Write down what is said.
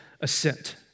assent